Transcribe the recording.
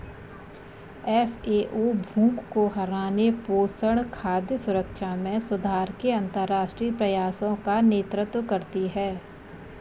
FAO भूख को हराने, पोषण, खाद्य सुरक्षा में सुधार के अंतरराष्ट्रीय प्रयासों का नेतृत्व करती है